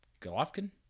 Golovkin